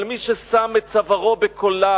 אבל מי ששם את צווארו בקולר,